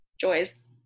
Joys